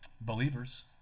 Believers